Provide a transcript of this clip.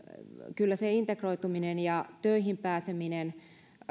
kyllä se integroituminen ja töihin pääseminen